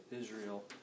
Israel